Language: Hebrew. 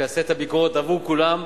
שיעשה את הביקורת עבור כולם.